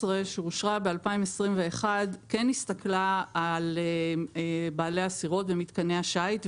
שאושרה ב-2021 כן הסתכלה על בעלי הסירות ומתקני השיט,